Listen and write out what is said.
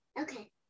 Okay